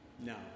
No